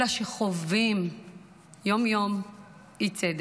אלא שהם חווים יום-יום אי-צדק.